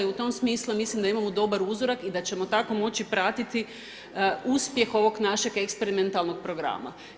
I u tom smislu mislim da imamo dobar uzorak i da ćemo tako moći pratiti uspjeh ovog našeg eksperimentalnog programa.